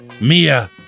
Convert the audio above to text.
Mia